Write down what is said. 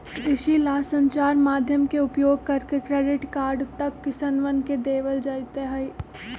कृषि ला संचार माध्यम के उपयोग करके क्रेडिट कार्ड तक किसनवन के देवल जयते हई